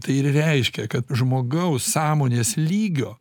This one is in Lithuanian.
tai ir reiškia kad žmogaus sąmonės lygio